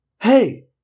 Hey